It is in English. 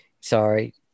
sorry